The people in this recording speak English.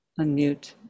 unmute